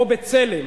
או "בצלם",